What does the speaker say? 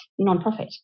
nonprofit